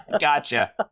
Gotcha